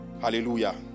Hallelujah